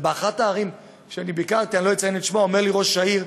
ובאחת מהן אמר לי ראש העיר,